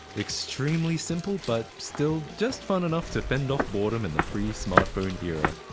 extremely simple but still just fun enough to fend off boredom in the pre-smartphone era.